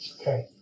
okay